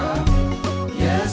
oh yeah